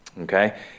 Okay